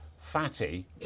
Fatty